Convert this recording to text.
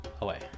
away